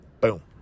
boom